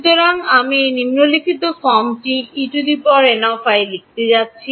সুতরাং আমি এই নিম্নলিখিত ফর্মটি En লিখতে যাচ্ছি